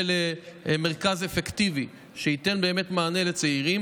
זה למרכז אפקטיבי שייתן מענה לצעירים